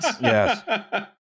Yes